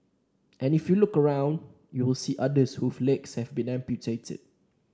and if you look around you will see others whose legs have been amputated